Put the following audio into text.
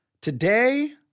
today